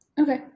Okay